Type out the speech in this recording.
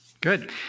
Good